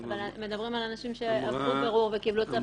אבל מדברים על אנשים שעברו בירור וקיבלו צו תשלומים.